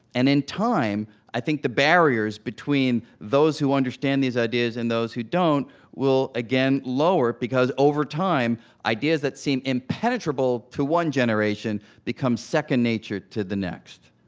and in time, i think the barriers between those who understand these ideas and those who don't will, again, lower. because over time, ideas that seem impenetrable to one generation becomes second nature to the next